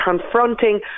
confronting